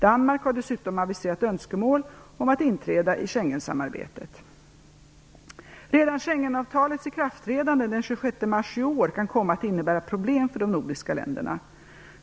Danmark har dessutom aviserat önskemål om att inträda i Schengensamarbetet. mars i år kan komma att innebära problem för de nordiska länderna.